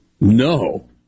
no